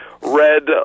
red